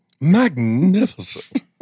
magnificent